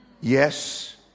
yes